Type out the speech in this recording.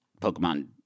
Pokemon